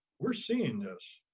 we're seeing this,